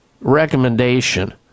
recommendation